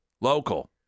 Local